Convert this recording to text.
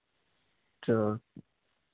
चलो